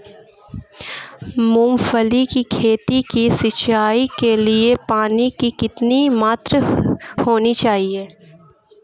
मूंगफली की खेती की सिंचाई के लिए पानी की कितनी मात्रा होनी चाहिए?